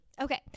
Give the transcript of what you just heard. Okay